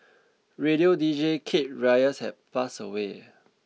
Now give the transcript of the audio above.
radio deejay Kate Reyes has passed away